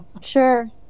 Sure